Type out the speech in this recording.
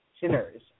sinners